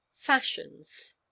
Fashions